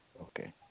Okay